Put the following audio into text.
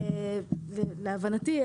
להבנתי,